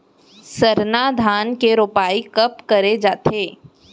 सरना धान के रोपाई कब करे जाथे?